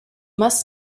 must